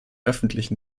öffentlichen